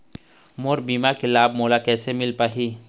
मोर बीमा के लाभ मोला कैसे मिल पाही?